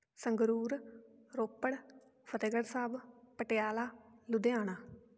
Sangrur Ropar Fatehgarh Sahib Patiala Ludhiana